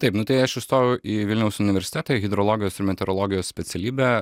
taip nu tai aš įstojau į vilniaus universitetą į hidrologijos ir meteorologijos specialybę